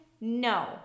No